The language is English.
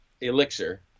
Elixir